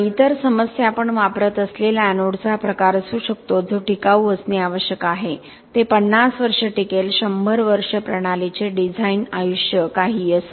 आणि इतर समस्या आपण वापरत असलेला एनोडचा प्रकार असू शकतो जो टिकाऊ असणे आवश्यक आहे ते 50 वर्षे टिकेल 100 वर्षे प्रणालीचे डिझाइन आयुष्य काहीही असो